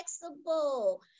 flexible